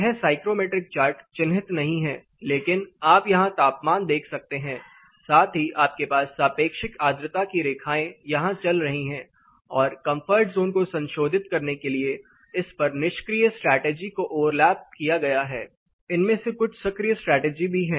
यह psychrometric chart चिन्हित नहीं है लेकिन आप यहाँ तापमान देख सकते हैं साथ ही आपके पास सापेक्षिक आर्द्रता की रेखाएँ यहाँ चल रही हैं और कंफर्ट जोन को संशोधित करने के लिए इस पर निष्क्रिय स्ट्रैटेजी को ओवरलैप किया गया है इनमें से कुछ सक्रिय स्ट्रैटेजी भी हैं